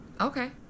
Okay